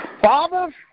Father